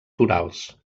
torals